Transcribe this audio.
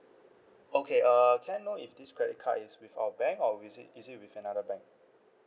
okay uh can I know if this credit card is with our bank or is it is it with another bank